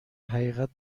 حقیقت